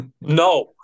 no